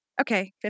Okay